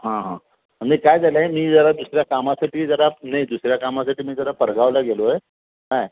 हां हां नाही काय झालं आहे मी जरा दुसऱ्या कामासाठी जरा नाही दुसऱ्या कामासाठी मी जरा परगावला गेलो आहे काय